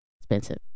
Expensive